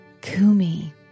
Kumi